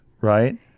right